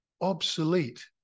obsolete